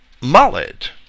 Mullet